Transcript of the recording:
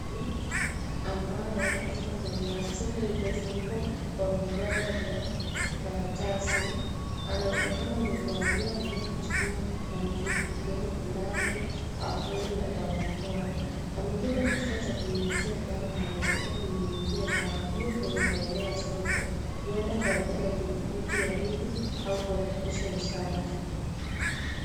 Mtu ambaye yuko ndani ya soko lililofunikwa kwa vibanda vya karatasi. Aonekana amevalia nguo kujikinga kikamilifu kama glovu, aproni na barakoa. Amebeba kifaa cha kunyunyizia dawa na anaendelea kunyunyizia dawa hio kwenye maeneo ya soko huenda kwa ajili ya kudhibiti wadudu au kuhakikisha usafi.